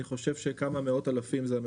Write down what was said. אני חושב שכמה מאות אלפים זה הממוצע.